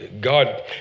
God